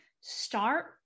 Start